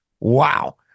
Wow